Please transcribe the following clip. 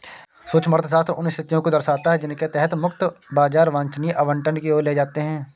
सूक्ष्म अर्थशास्त्र उन स्थितियों को दर्शाता है जिनके तहत मुक्त बाजार वांछनीय आवंटन की ओर ले जाते हैं